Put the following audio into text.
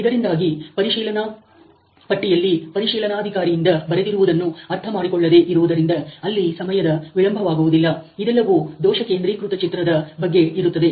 ಇದರಿಂದಾಗಿ ಪರಿಶೀಲನಾ ಪಟ್ಟಿಯಲ್ಲಿ ಪರಿಶೀಲನಾಧಿಕಾರಿಯಿಂದ ಬರೆದಿರುವುದನ್ನು ಅರ್ಥಮಾಡಿಕೊಳ್ಳದೆ ಇರುವುದರಿಂದ ಅಲ್ಲಿ ಸಮಯದ ವಿಳಂಬವಾಗುವುದಿಲ್ಲ ಇದೆಲ್ಲವೂ ದೋಷ ಕೇಂದ್ರೀಕೃತ ಚಿತ್ರದ ಬಗ್ಗೆ ಇರುತ್ತದೆ